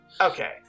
Okay